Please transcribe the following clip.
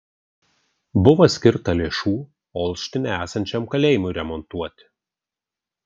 buvo skirta lėšų olštine esančiam kalėjimui remontuoti